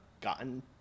gotten